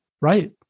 Right